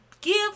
give